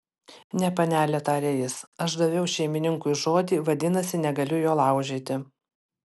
ne panele tarė jis aš daviau šeimininkui žodį vadinasi negaliu jo laužyti